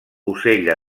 ocell